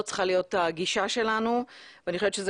זאת צריכה להיות הגישה שלנו ואני חושבת שזה